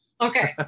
okay